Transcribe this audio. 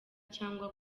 cyangwa